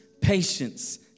patience